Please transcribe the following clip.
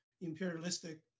imperialistic